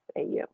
AU